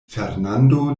fernando